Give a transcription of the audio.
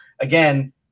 again